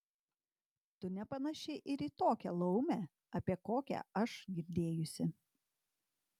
tu nepanaši ir į tokią laumę apie kokią aš girdėjusi